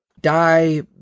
die